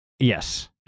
Yes